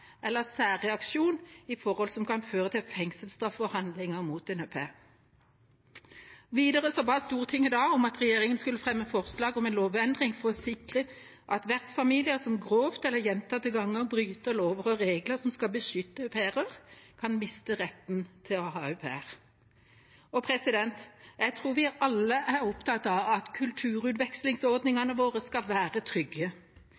eller særreaksjon i forhold som kan føre til fengselsstraff for handlinger mot en au pair. Videre ba Stortinget da om at regjeringen skulle fremme forslag om en lovendring for å sikre at vertsfamilier som grovt eller gjentatte ganger bryter lover og regler som skal beskytte au pairer, kan miste retten til å ha au pair. Jeg tror vi alle er opptatt av at kulturutvekslingsordningene våre skal være trygge,